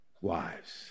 wives